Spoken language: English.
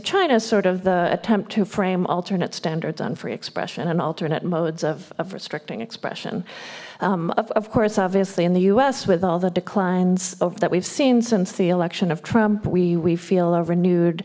china's sort of the attempt to frame alternate standards on free expression and alternate modes of restricting expression of course obviously in the us with all the declines of that we've seen since the election of trump we we feel a renewed